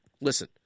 Listen